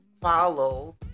follow